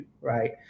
Right